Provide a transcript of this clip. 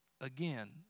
again